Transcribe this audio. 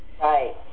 Right